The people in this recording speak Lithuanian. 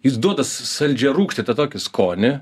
jis duoda saldžiarūgštį tą tokį skonį